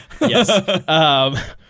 Yes